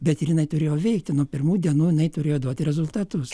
bet ir jinai turėjo veikti nuo pirmų dienų jinai turėjo duoti rezultatus